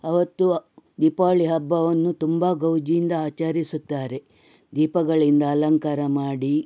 ಅವತ್ತು ದೀಪಾವಳಿ ಹಬ್ಬವನ್ನು ತುಂಬ ಗೌಜಿಯಿಂದ ಆಚರಿಸುತ್ತಾರೆ ದೀಪಗಳಿಂದ ಅಲಂಕಾರ ಮಾಡಿ